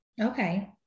Okay